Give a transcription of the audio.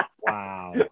Wow